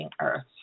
earth